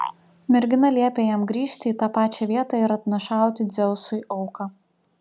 mergina liepė jam grįžti į tą pačią vietą ir atnašauti dzeusui auką